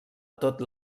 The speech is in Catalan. tot